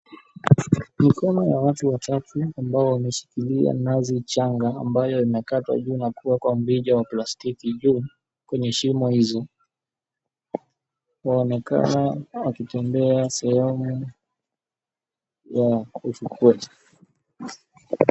Mkusanyo wa watu watatu ambao wameshikilia nazi changa ambayo imekatwa juu na kuwekwa mrija wa plastiki juu kwenye shimo hizi. Inaonekana akitembea sehemu ya ufukweni.